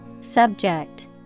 Subject